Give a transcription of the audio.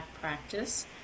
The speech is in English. practice